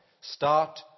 start